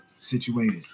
situated